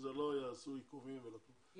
לא יעשו עיכובים ולא כלום.